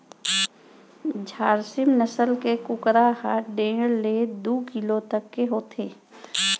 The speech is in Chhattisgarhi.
झारसीम नसल के कुकरा ह डेढ़ ले दू किलो तक के होथे